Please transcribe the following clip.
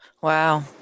Wow